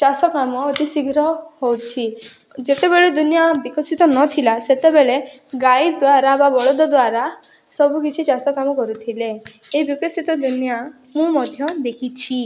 ଚାଷ କାମ ଅତି ଶୀଘ୍ର ହେଉଛି ଯେତେବେଳେ ଦୁନିଆ ବିକଶିତ ନଥିଲା ସେତେବେଳେ ଗାଈ ଦ୍ଵାରା ବା ବଳଦ ଦ୍ଵାରା ସବୁ କିଛି ଚାଷ କାମ କରୁଥିଲେ ଏଇ ବିକଶିତ ଦୁନିଆ ମୁଁ ମଧ୍ୟ ଦେଖିଛି